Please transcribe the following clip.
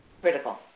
critical